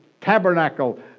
tabernacle